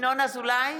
ינון אזולאי,